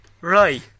Right